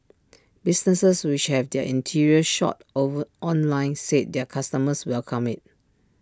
businesses which have their interior shots over online said their customers welcome IT